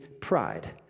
pride